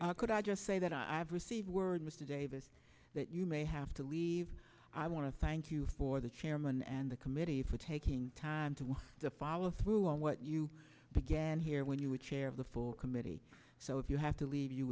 please could i just say that i have received word mr davis that you may have to leave i want to thank you for the chairman and the committee for taking time to to follow through on what you began here when you were chair of the full committee so if you have to leave you